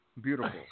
Beautiful